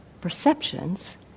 perceptions